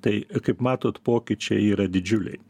tai kaip matot pokyčiai yra didžiuliai